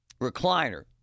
recliner